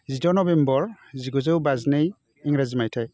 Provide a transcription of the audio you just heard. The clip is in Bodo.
जिद' नभेम्बर जिगुजौ बाजिनै इंराजि मायथाइ